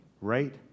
right